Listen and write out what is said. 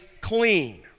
clean